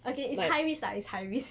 okay it's high risk lah it's high risk